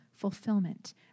fulfillment